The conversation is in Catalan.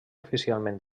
oficialment